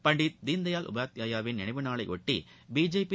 பண்டித் தீன்தயாள் உபாத்யாயாவின் நினைவு நாளையொட்டி பிஜேபி